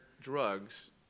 drugs